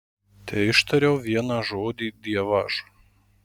teištariau vieną žodį dievaž